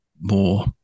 more